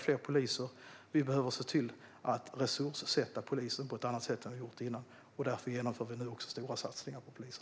Fler poliser behöver utbildas, och polisen måste resurssättas på ett annat sätt än tidigare. Därför genomförs nu stora satsningar på polisen.